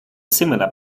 similar